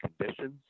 conditions